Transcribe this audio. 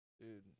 Dude